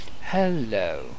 Hello